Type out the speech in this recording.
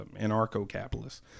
anarcho-capitalists